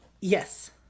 Yes